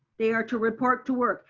they are to report to work.